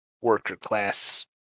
worker-class